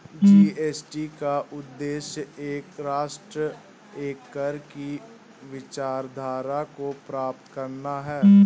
GST का उद्देश्य एक राष्ट्र, एक कर की विचारधारा को प्राप्त करना है